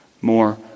more